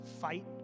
fight